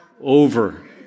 over